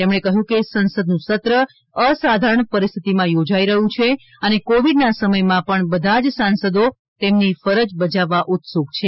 તેમણે કહ્યું કે સંસદનું સત્ર અસાધારણ પરિસ્થિતિમાં યોજાઈ રહ્યું છે અને કોવિડના સમયમાં પણ બધા જ સાંસદો તેમની ફરજ બજાવવા ઉત્સુક છે